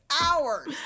hours